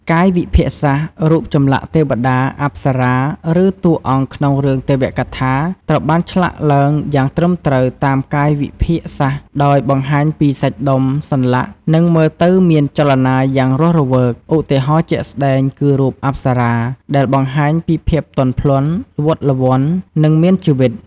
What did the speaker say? កាយវិភាគសាស្ត្រ រូបចម្លាក់ទេវតា អប្សរា ឬតួអង្គក្នុងរឿងទេវកថា ត្រូវបានឆ្លាក់ឡើងយ៉ាងត្រឹមត្រូវតាមកាយវិភាគសាស្ត្រ ដោយបង្ហាញពីសាច់ដុំ សន្លាក់ និងមើលទៅមានចលនាយ៉ាងរស់រវើក ឧទាហរណ៍ជាក់ស្ដែងគឺរូបអប្សរា ដែលបង្ហាញពីភាពទន់ភ្លន់ ល្វត់ល្វន់ និងមានជីវិត។